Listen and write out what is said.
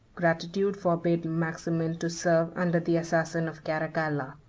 gratitude forbade maximin to serve under the assassin of caracalla.